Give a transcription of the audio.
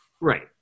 right